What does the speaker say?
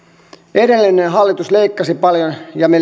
edellinen hallitus leikkasi paljon ja me